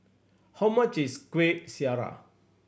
how much is Kuih Syara